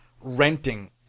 renting